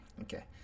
Okay